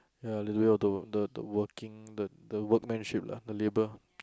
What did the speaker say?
ya a little bit of the work the the working the the workmanship lah the labour